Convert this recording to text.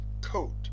coat